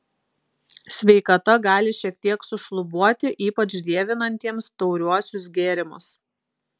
sveikata gali šiek tiek sušlubuoti ypač dievinantiems tauriuosius gėrimus